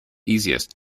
easiest